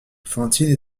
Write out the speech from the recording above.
fantine